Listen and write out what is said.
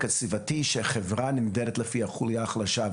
הסביבתי שהחברה נמדדת לפי החולייה החלשה.